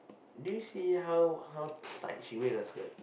do you see how how tight she wear her skirt